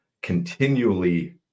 continually